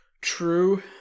True